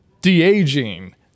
de-aging